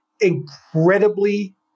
incredibly